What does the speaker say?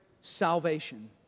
salvation